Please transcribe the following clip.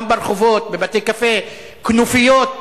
גם ברחובות, בבתי-קפה, כנופיות.